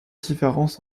différence